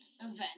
event